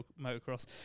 Motocross